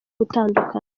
gutandukana